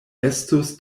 estus